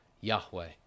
Yahweh